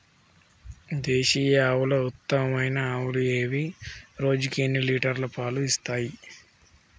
దేశీయ ఆవుల ఉత్తమమైన ఆవులు ఏవి? రోజుకు ఎన్ని లీటర్ల పాలు ఇస్తాయి?